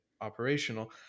operational